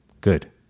Good